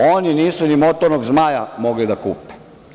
Oni nisu ni motornog zmaja mogli da kupe.